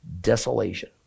desolation